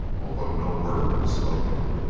although no word was spoken.